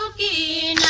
a